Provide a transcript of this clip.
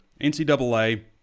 NCAA